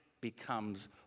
becomes